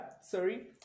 sorry